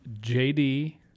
JD